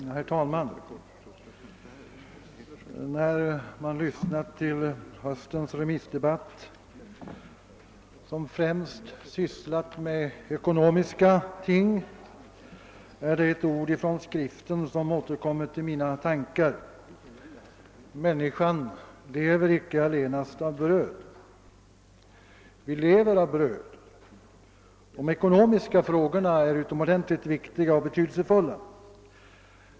Herr talman! När jag lyssnat till den allmänpolitiska debatten, som främst sysslat med ekonomiska ting, är det några ord från Skriften som kommit i mina tankar: Människan lever icke allenast av bröd. Vi lever av bröd — de ekonomiska frågorna är utomordentligt viktiga och betydelsefulla.